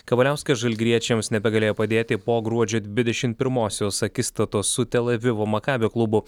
kavaliauskas žalgiriečiams nebegalėjo padėti po gruodžio dvidešim pirmosios akistatos su tel avivo maccabi klubu